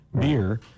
beer